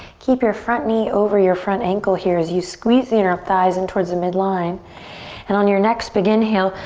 keep your front knee over your front ankle here as you squeeze the inner thighs in towards the midline and on your next begin inhale,